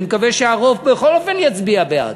אני מקווה שהרוב בכל אופן יצביע בעד,